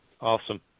Awesome